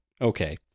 okay